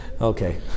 Okay